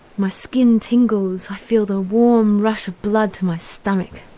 my skin tingles i feel the warm rush of blood to my stomach.